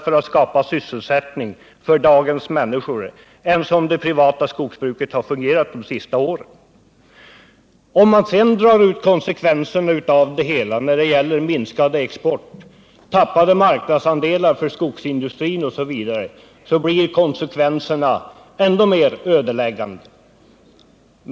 Man kan inte på ett sämre sätt än det privata skogsbruket gjort under de senaste åren sköta uppgiften att skapa sysselsättning för dagens människor. Om man sedan ser till den minskade exporten och de förlorade marknadsandelarna för skogsindustrin finner man att konsekvenserna är ännu mer ödeläggande.